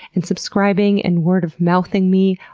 and subscribing, and word-of-mouthing me.